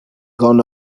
gone